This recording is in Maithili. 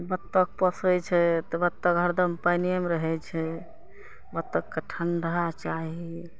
बत्तक पोसै छै तऽ बत्तक हरदम पाइनेमे रहै छै बत्तकके ठण्डा चाही